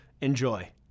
Enjoy